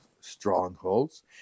strongholds